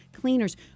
Cleaners